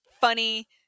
funny